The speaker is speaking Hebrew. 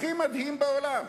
הכי מדהים בעולם.